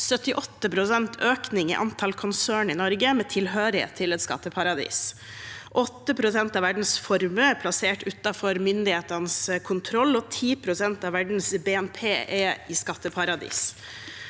78 pst. i antall konserner i Norge med tilhørighet til et skatteparadis. 8 pst. av verdens formue er plassert utenfor myndighetenes kontroll, og 10 pst. av verdens BNP er i skatteparadiser.